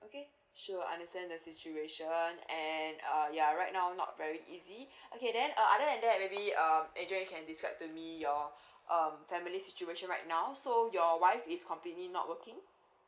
okay sure understand the situation and uh yeah right now not very easy okay then uh other than that maybe um adrian can you describe to me your um family situation right now so your wife is completely not working